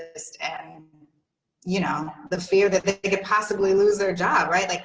ah so you know, the fear that they could possibly lose their job. right? like